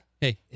Hey